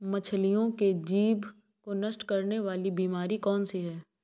मछलियों के जीभ को नष्ट करने वाली बीमारी कौन सी है?